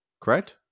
Correct